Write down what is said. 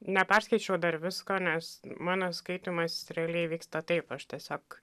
neperskaičiau dar visko nes mano skaitymas realiai vyksta taip aš tiesiog